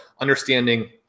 understanding